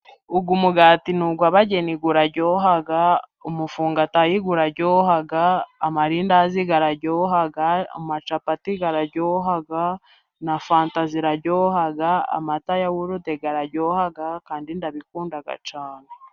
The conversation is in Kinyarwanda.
Uyu mugati ni uw'abageni uraryohaha, umufungatayi uraryoha, amarindazi araryoha, amacapati, araryoha, na fanta ziraryoha, amata ya yawurute araryoha, kandi ndabikunda cyane.